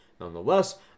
Nonetheless